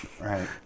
Right